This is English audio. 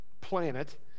planet